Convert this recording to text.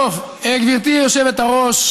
איפה בצלאל סמוטריץ?